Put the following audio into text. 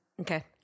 okay